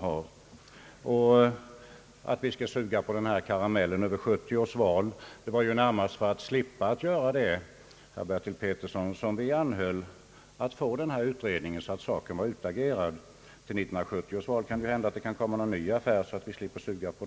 Med anledning av uttalandet att vi skulle suga på denna karamell över 1970 års val vill jag säga att det närmast var för att slippa detta, herr Bertil Petersson, som vi begärde denna utredning så att saken skulle vara utagerad. Det kan hända att det till 1970 års val kan komma en ny affär så att vi slipper suga på